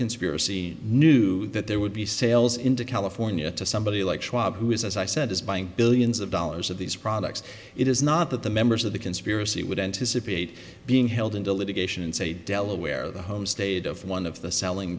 conspiracy knew that there would be sales into california to somebody like schwab who is as i said is buying billions of dollars of these products it is not that the members of the conspiracy would anticipate being held in deliberation in say delaware the home state of one of the selling